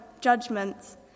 judgments